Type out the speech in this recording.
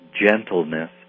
gentleness